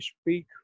speak